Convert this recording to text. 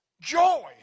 Joy